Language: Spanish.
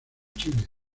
chile